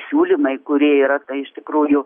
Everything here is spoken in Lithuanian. siūlymai kurie yra tai iš tikrųjų